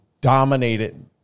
dominated